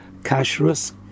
Kashrus